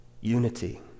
Unity